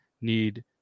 need